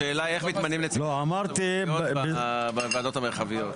השאלה היא איך מתמנים נציגים של הרשויות המקומיות בוועדות המרחביות.